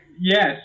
Yes